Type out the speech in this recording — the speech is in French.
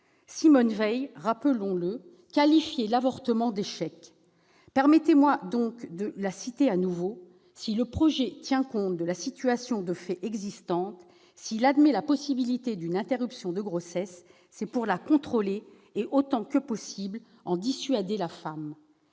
Simone Veil le qualifiait d'« échec ». Permettez-moi de la citer de nouveau :« si le projet [...] tient compte de la situation de fait existante, s'il admet la possibilité d'une interruption de grossesse, c'est pour la contrôler et, autant que possible, en dissuader la femme.